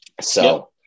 So-